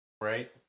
Right